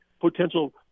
potential